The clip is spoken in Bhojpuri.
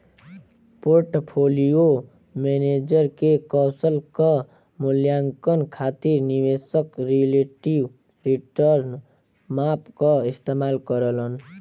पोर्टफोलियो मैनेजर के कौशल क मूल्यांकन खातिर निवेशक रिलेटिव रीटर्न माप क इस्तेमाल करलन